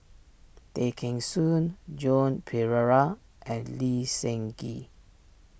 Tay Kheng Soon Joan Pereira and Lee Seng Gee